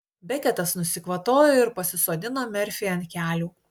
beketas nusikvatojo ir pasisodino merfį ant kelių